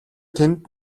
тэнд